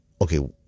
okay